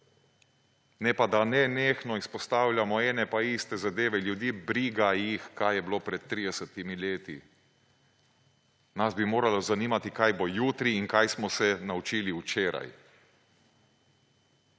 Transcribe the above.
ne pa, da nenehno izpostavljamo ene pa iste zadeve. Ljudi – briga jih, kaj je bilo pred 30 leti! Nas bi moralo zanimati, kaj bo jutri in kaj smo se naučili včeraj.